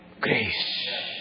grace